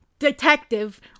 Detective